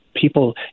people